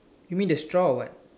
you mean the straw or what